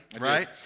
right